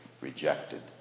rejected